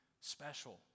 special